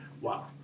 Wow